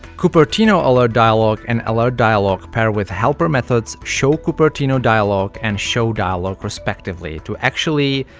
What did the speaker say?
cupertinoalertdialog and alertdialog pair with helper methods showcupertinodialog and showdialog respectively to actually,